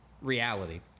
reality